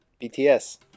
bts